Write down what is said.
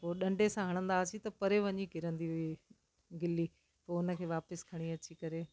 पोइ डंडे सां हणंदा हुआसीं त परे वञी किरंदी हुई गिल्ली पोइ उनखे वापसि खणी अची करे